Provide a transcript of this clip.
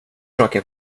saker